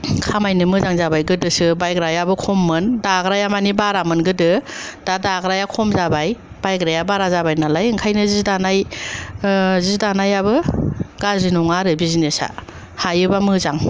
खामायनो मोजां जाबाय गोदोसो बायग्रायाबो खममोन दाग्राया मानि बारामोन गोदो दा दाग्राया खम जाबाय बायग्राया बारा जाबाय नालाय ओंखायनो जि दानाय जि दानायाबो गाज्रि नङा आरो बिजिनेसा हायोबा मोजां